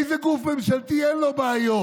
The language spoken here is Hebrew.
איזה גוף ממשלתי אין לו בעיות?